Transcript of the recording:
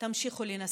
תמשיכו לנסות.